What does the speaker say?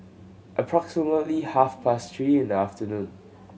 approximately half past three in the afternoon